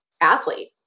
athlete